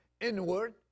inward